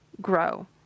grow